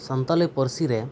Santali ᱯᱟᱹᱨᱥᱤᱨᱮ